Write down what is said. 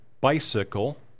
bicycle